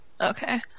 Okay